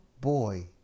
boy